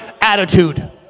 attitude